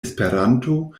esperanto